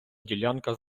ділянка